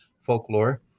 folklore